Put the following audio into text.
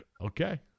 Okay